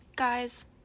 guys